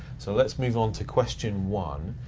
so let's move on to question one.